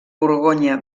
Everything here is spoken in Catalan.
borgonya